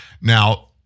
Now